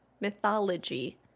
mythology